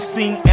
seen